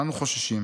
באנו חוששים,